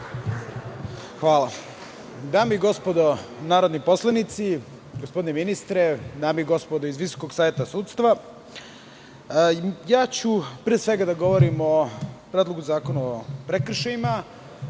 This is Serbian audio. Homen** Dame i gospodo narodni poslanici, gospodine ministre, dame i gospodo iz Visokog saveta sudstva, pre svega govoriću o Predlogu zakona o prekršajima,